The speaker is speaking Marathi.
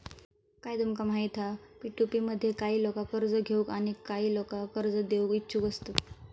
काय तुमका माहित हा पी.टू.पी मध्ये काही लोका कर्ज घेऊक आणि काही लोका कर्ज देऊक इच्छुक असतत